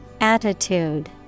Attitude